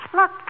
Look